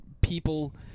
people